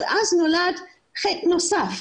אבל אז נולד חטא נוסף.